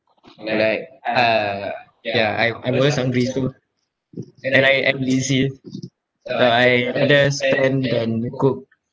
like ah ya I'm I'm always hungry so and I I'm lazy so I rather spend than cook